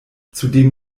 zudem